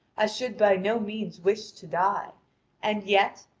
i should by no means wish to die and yet,